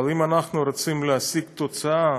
אבל אם אנחנו רוצים להשיג תוצאה,